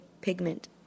pigment